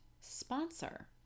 sponsor